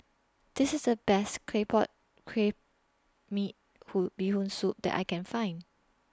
This IS The Best Claypot Crab Me Hoon Bee Hoon Soup that I Can Find